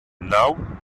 now